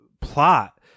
plot